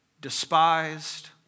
despised